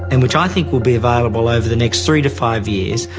and which i think will be available over the next three to five years,